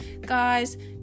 Guys